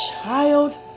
child